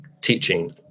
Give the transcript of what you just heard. teaching